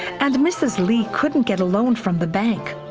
and mrs. lee couldn't get a loan from the bank.